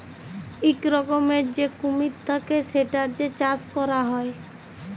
ইক রকমের যে কুমির থাক্যে সেটার যে চাষ ক্যরা হ্যয়